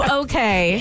okay